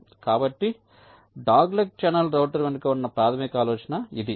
కాబట్టి dogleg channel router వెనుక ఉన్న ప్రాథమిక ఆలోచన ఇది